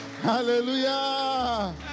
Hallelujah